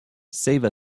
save